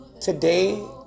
Today